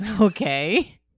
Okay